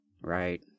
right